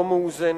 לא מאוזנת.